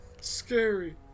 Scary